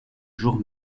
jour